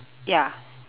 ya